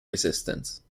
resistance